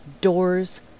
doors